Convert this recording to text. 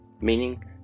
meaning